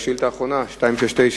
האם אדוני